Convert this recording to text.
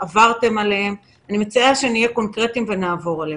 נראה לי, ויסכימו איתי חבריי, שרוב הדברים נאמרו.